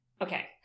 Okay